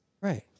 Right